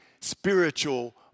spiritual